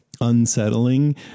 unsettling